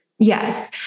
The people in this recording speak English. Yes